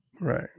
Right